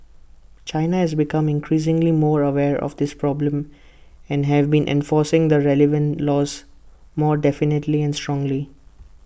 China has become increasingly more aware of this problem and have been enforcing the relevant laws more definitely and strongly